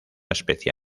especie